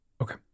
Okay